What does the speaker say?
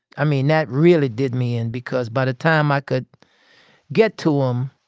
i mean, that really did me in. because by the time i could get to them,